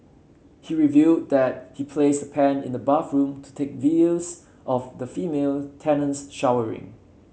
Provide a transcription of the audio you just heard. he revealed that he placed the pen in the bathroom to take videos of the female tenants showering